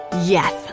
Yes